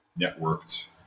networked